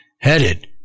headed